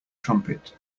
trumpet